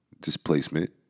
displacement